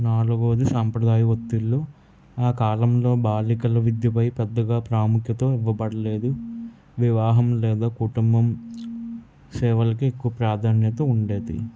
నాలుగోది సాంప్రదాయ ఒత్తిళ్ళు ఆ కాలంలో బాలికల విద్య పై పెద్దగా ప్రాముఖ్యత ఇవ్వబడలేదు వివాహం లేదా కుటుంబం సేవలకు ఎక్కువ ప్రాధాన్యత ఉండేది